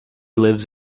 lives